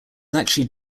actually